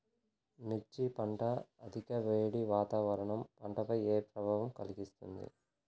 మిర్చి పంట అధిక వేడి వాతావరణం పంటపై ఏ ప్రభావం కలిగిస్తుంది?